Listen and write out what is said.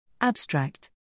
Abstract